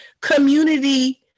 community